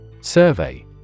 Survey